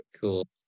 Cool